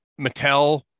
Mattel